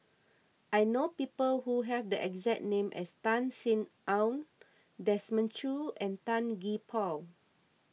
I know people who have the exact name as Tan Sin Aun Desmond Choo and Tan Gee Paw